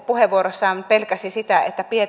puheenvuorossaan pelkäsi sitä että